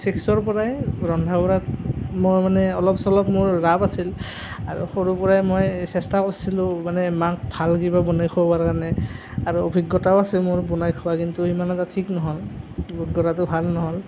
ছিক্সৰ পৰাই ৰন্ধা বঢ়াত মোৰ মানে অলপ চলপ মোৰ ৰাপ আছিল আৰু সৰুৰ পৰাই মই চেষ্টা কৰিছিলো মানে মাক ভাল কিবা বনাই খুৱাবৰ কাৰণে আৰু অভিজ্ঞতাও আছে মোৰ বনাই খুওৱা এদিন কিন্তু সিমান এটা ঠিক নহ'ল ভাল নহ'ল